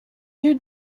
you